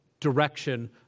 direction